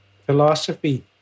philosophy